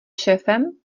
šéfem